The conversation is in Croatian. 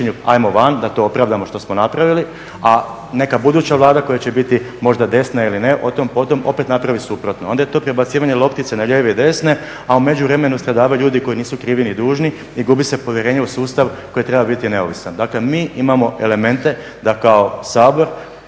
onda je to prebacivanje loptice na lijeve i desne a u međuvremenu stradavaju ljudi koji nisu krivi ni dužni i gubi se povjerenje u sustav koje treba biti neovisno. Dakle mi imamo elemente da kao Sabor